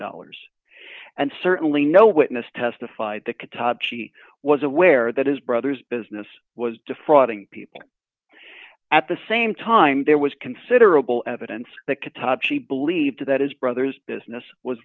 dollars and certainly no witness testified the khatab she was aware that his brother's business was defrauding people at the same time there was considerable evidence that could top she believed that his brother's business was